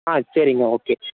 ஆ சரிங்க ஓகே